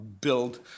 build